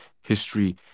history